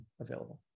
available